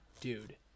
dude